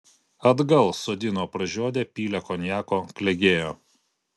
atgal sodino pražiodę pylė konjako klegėjo